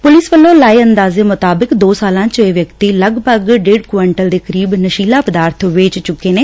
police ਵੱਲੋਂ ਲਾਏ ਅੰਦਾਜੇ ਮੁਤਾਬਿਕ ਦੋ ਸਾਲਾਂ ਚ ਇਹ ਵਿਅਕਤੀ ਲਗਭਗ ਢੇਡ ਕੁਵਿੰਟਲ ਦੇ ਕਰੀਬ ਨਸ਼ੀਲਾ ਪਦਾਰਬ ਵੇਚ ਚੁੱਕੇ ਨੇ